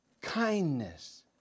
Kindness